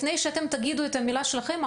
לפני שאתם תגידו את המילה שלכם,